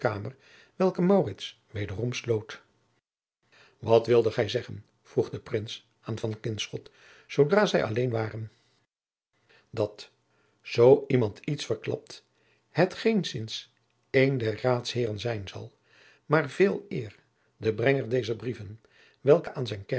wederom sloot wat wildet gij zeggen vroeg de prins aan van kinschot zoodra zij alleen waren dat zoo iemand iets verklapt het geenszins een der raadsheeren zijn zal maar veeleer de brenger dezer brieven welke aan zijn